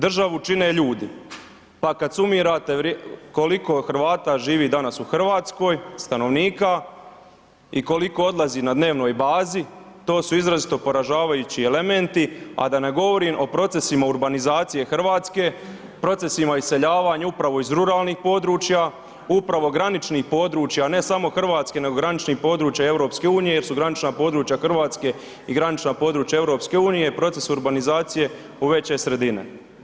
Državu čine ljudi, pa kad sumirate koliko Hrvata živi danas u Hrvatskoj, stanovnika i koliko odlazi na dnevnoj bazi, to su izrazito poražavajući elementi, a da ne govorim o procesima urbanizacije Hrvatske, procesima iseljavanja upravo iz ruralni područja, upravo graničnih područja, ne samo Hrvatske nego graničnih područja EU jer su granična područja Hrvatske i granična područja EU, proces urbanizacije u veće sredine.